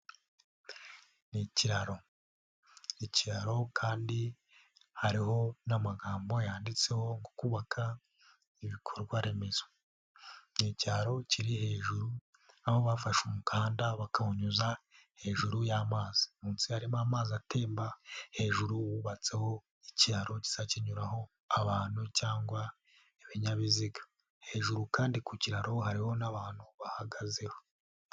Ni ikiraro, ikiro kandi hariho n'amagambo yanditseho ngo kubabaka ibikorwa remezo. Ni icyaro kiri hejuru, aho bafashe umukanda bakawunyuza hejuru y'amazi. Munsi harimo amazi atemba, hejuru wubatseho ikiraro kiza kinyuraho abantu cyangwa ibinyabiziga hejuru kandi ku ikiraro hariho n'abantu bahagazeho.